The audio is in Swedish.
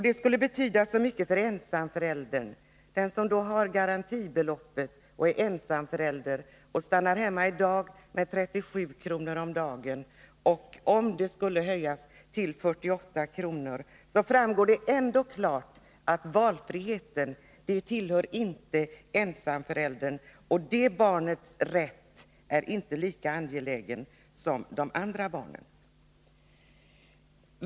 Det skulle betyda så mycket för ensamföräldern, som har garantibeloppet och i dag stannar hemma och får 37 kr. om dagen. Om beloppet skulle höjas till 48 kr., står det ändå klart att valfriheten inte tillhör ensamföräldern, att barnets rätt i det fallet inte är lika angelägen som barnens rätt i andra fall.